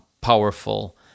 powerful